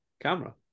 camera